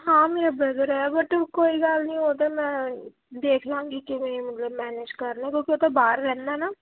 ਹਾਂ ਮੇਰਾ ਬ੍ਰਦਰ ਹੈ ਬਟ ਕੋਈ ਗੱਲ ਨਹੀਂ ਉਹ ਤਾਂ ਮੈਂ ਦੇਖ ਲਾਂਗੀ ਕਿਵੇਂ ਮਤਲਬ ਮੈਨੇਜ ਕਰਲਾ ਕਿਉਂਕਿ ਉਹ ਤਾਂ ਬਾਹਰ ਰਹਿੰਦਾ ਨਾ